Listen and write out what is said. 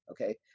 okay